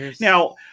Now